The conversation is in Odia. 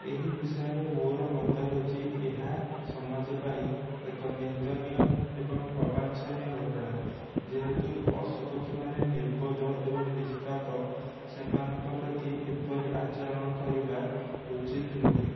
ଏହି ବିଷୟରେ ମୋର ମତ ହେଉଛି ଏହା ସମାଜ ପାଇଁ ଏକ ନିନ୍ଦନୀୟ ଏବଂ ଅବାଞ୍ଚନୀୟ ଘଟଣା ଯେହେତୁ ପଶୁପକ୍ଷୀମାନେ ନିର୍ବୋଧ ଏବଂ ନିଷ୍ପାପ ସେମାନଙ୍କ ପ୍ରତି ଏପରି ଆଚରଣ କରିବା ଉଚିତ ନୁହେଁ